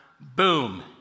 boom